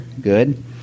Good